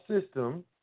system